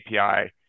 API